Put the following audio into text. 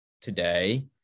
today